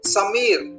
Samir